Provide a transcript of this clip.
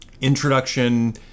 introduction